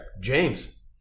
James